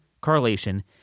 correlation